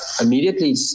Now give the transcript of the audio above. immediately